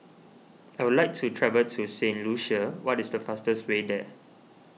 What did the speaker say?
I would like to travel to Saint Lucia what is the fastest way there